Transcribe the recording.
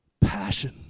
Passion